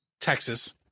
Texas